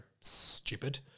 stupid